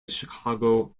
chicago